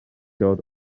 dod